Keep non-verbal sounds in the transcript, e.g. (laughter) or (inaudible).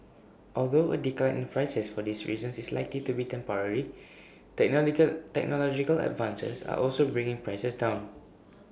although A decline in prices for these reasons is likely to be temporary (unintelligible) technological advances are also bringing prices down